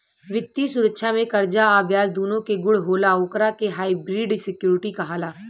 वित्तीय सुरक्षा में कर्जा आ ब्याज दूनो के गुण होला ओकरा के हाइब्रिड सिक्योरिटी कहाला